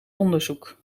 onderzoek